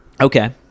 Okay